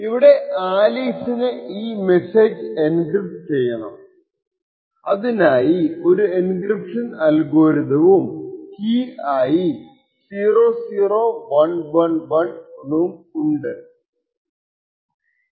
ഇവിടെ ആലീസിനെ ഈ മെസ്സേജ് എൻക്രിപ്റ്റ് ചെയ്യണം അതിനായി ഒരു എൻക്രിപ്ഷൻ അൽഗോരിതവും കീ ആയി 00111 ഉം ഉപയോഗിക്കുന്നു